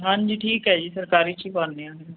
ਹਾਂਜੀ ਠੀਕ ਹੈ ਜੀ ਸਰਕਾਰੀ 'ਚ ਹੀ ਪਾਂਦੇ ਹਾਂ ਆਪਾਂ